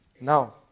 Now